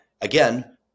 again